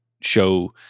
show